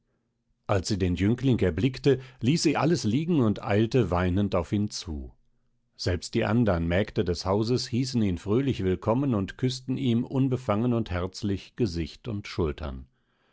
als sie den jüngling erblickte ließ sie alles liegen und eilte weinend auf ihn zu selbst die andern mägde des hauses hießen ihn fröhlich willkommen und küßten ihm unbefangen und herzlich gesicht und schultern